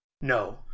No